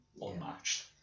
unmatched